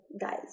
guys